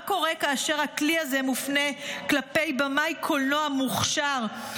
מה קורה כאשר הכלי הזה מופנה כלפי במאי קולנוע מוכשר?